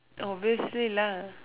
obviously lah